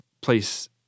place